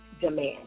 demand